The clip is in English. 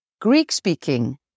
Greek-speaking